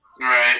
right